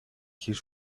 his